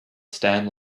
stan